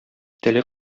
теле